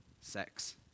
sex